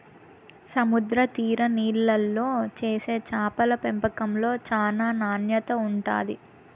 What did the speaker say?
సముద్ర తీర నీళ్ళల్లో చేసే చేపల పెంపకంలో చానా నాణ్యత ఉంటాది